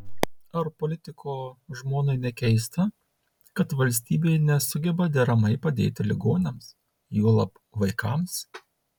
ar politiko žmonai nekeista kad valstybė nesugeba deramai padėti ligoniams juolab vaikams